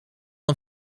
een